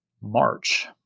March